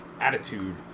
attitude